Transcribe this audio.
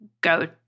go